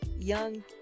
young